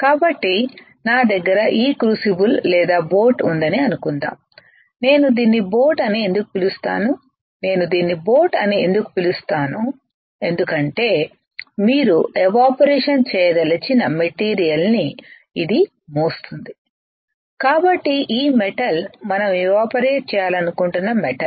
కాబట్టి నా దగ్గర ఈ క్రూసిబుల్ లేదా బోట్ ఉందని అనుకుందాం నేను దీన్ని బోట్ అని ఎందుకు పిలుస్తాను నేను దీన్ని బోట్ అని ఎందుకు పిలుస్తాను ఎందుకంటే మీరు ఎవాపరేషన్ చేయదల్చిన మెటీరియల్ ని ఇది మోస్తుంది కాబట్టి ఈ మెటల్ మనం ఎవాపరట్ చేయాలనుకుంటున్న మెటల్